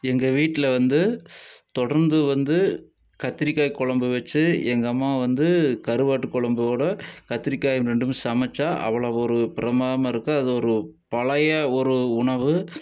எங்கள் வீட்டில வந்து தொடர்ந்து வந்து கத்தரிக்காய் குழம்பு வச்சி எங்கள் அம்மா வந்து கருவாட்டு குழம்போட கத்தரிக்காய் ரெண்டுமே சமைச்சா அவ்வளோ ஒரு பிரமாதமாக இருக்கும் அது ஒரு பழைய ஒரு உணவு